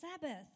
Sabbath